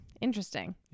interesting